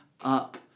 up